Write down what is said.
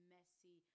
Messi